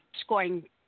scoring